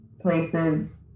places